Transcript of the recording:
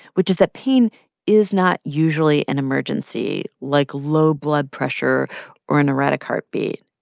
which is that pain is not usually an emergency like low blood pressure or an erratic heartbeat.